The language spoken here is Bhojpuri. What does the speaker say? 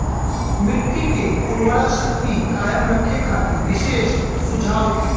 मिट्टी के उर्वरा शक्ति कायम रखे खातिर विशेष सुझाव दी?